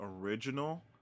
original